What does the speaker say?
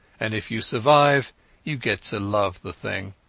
and if you survive you get to love the thing.